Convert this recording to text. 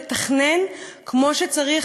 לתכנן כמו שצריך,